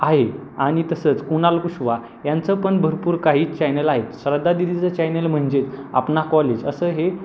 आहे आणि तसंच कुणाल कुशवा यांचं पण भरपूर काही चॅनल आहेत श्रद्धा दिदीचं चॅनल म्हणजेच अपना कॉलेज असं हे